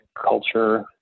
culture